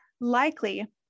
Likely